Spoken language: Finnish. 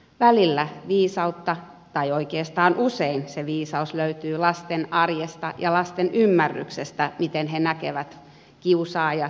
välillä viisautta tai oikeastaan usein se viisaus löytyy lasten arjesta ja lasten ymmärryksestä miten he näkevät kiusaajat ja kiusatut